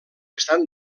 estan